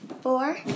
Four